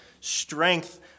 strength